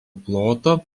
plotą